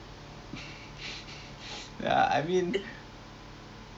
it actually it sounds like a plan you know let me see ah besok monday I think I got nothing on